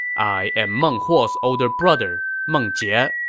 i am meng huo's older brother, meng jie. ah